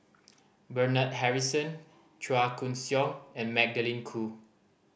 Bernard Harrison Chua Koon Siong and Magdalene Khoo